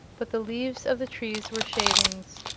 but the leaves of the trees were shavings.